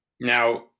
now